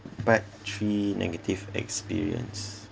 part three negative experience